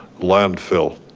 landfill?